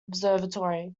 observatory